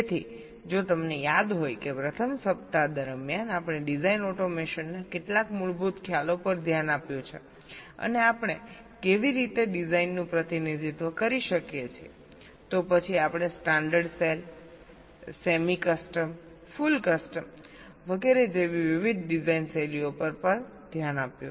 તેથી જો તમને યાદ હોય કે પ્રથમ સપ્તાહ દરમિયાન આપણે ડિઝાઇન ઓટોમેશન ના કેટલાક મૂળભૂત ખ્યાલો પર ધ્યાન આપ્યું છે અને આપણે કેવી રીતે ડિઝાઇનનું પ્રતિનિધિત્વ કરી શકીએ છીએ તો પછી આપણે standard cell semicustom full custom વગેરે જેવી વિવિધ ડિઝાઇન શૈલીઓ પર ધ્યાન આપ્યું